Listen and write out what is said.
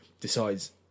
decides